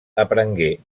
aprengué